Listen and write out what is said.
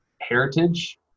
heritage